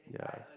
yeah